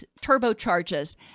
turbocharges